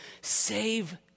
save